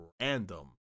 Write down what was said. random